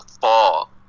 fall